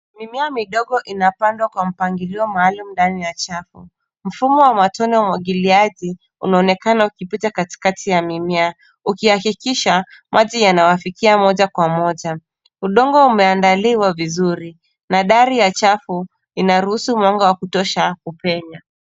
Mimea midogo inapanwa kwa mpagilio maalum ndani ya chafu. Mfumo wa matone ya umwagiliaji unaonekana ukipita katikati ya mimea ukihakikisha maji yanawafikia moja kwa moja. Udongo umeandaliwa vizuri na dari ya chafu inaruhusu mwanga wa kutosha kupenya.